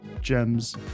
gems